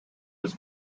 his